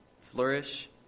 flourish